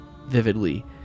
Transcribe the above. vividly